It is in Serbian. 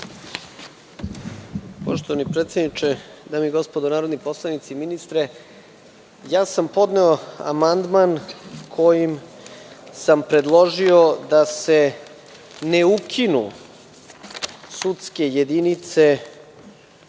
Poštovani predsedniče, dame i gospodo narodni poslanici, poštovani ministre, podneo sam amandman kojim sam predložio da se ne ukinu sudske jedinice